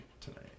tonight